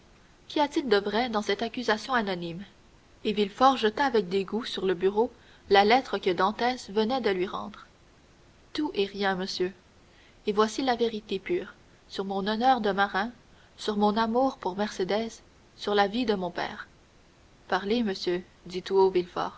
qu'y a-t-il de vrai dans cette accusation anonyme et villefort jeta avec dégoût sur le bureau la lettre que dantès venait de lui rendre tout et rien monsieur et voici la vérité pure sur mon honneur de marin sur mon amour pour mercédès sur la vie de mon père parlez monsieur dit